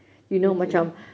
okay